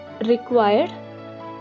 required